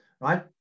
right